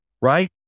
right